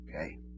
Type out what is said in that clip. Okay